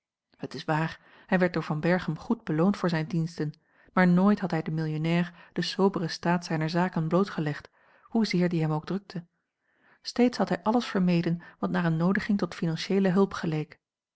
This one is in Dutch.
het is waar hij werd door van berchem goed beloond voor zijne diensten maar nooit had hij den millionnair den soberen staat zijner zaken blootgelegd hoezeer die hem ook drukte steeds had hij alles vermeden wat naar eene noodiging tot financieele hulp geleek